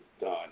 done